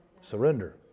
Surrender